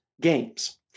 games